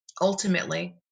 ultimately